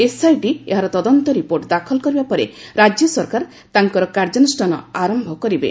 SIT ଏହାର ତଦନ୍ତ report ଦାଖଲ କରିବା ପରେ ରାଜ୍ୟ ସରକାର ତାଙ୍କର କାର୍ଯ୍ୟାନୁଷ୍ଠାନ ଆରନ୍ଭ କରିବେ